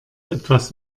etwas